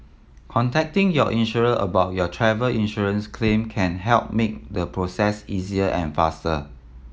contacting your insurer about your travel insurance claim can help make the process easier and faster